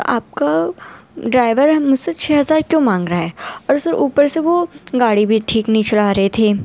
تو آپ کا ڈرائیور مجھ سے چھ ہزار کیوں مانگ رہا ہے اور سر اوپر سے وہ گاڑی بھی ٹھیک سے نہیں چلا رہے تھے